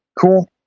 cool